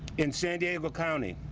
in san diego county.